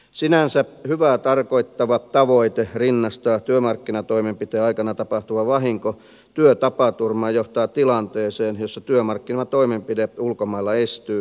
sinänsä hyvää tarkoittava tavoite rinnastaa työmarkkinatoimenpiteen aikana tapahtuva vahinko työtapaturmaan johtaa tilanteeseen jossa työmarkkinatoimenpide ulkomailla estyy tapaturmavakuutuslain perusteella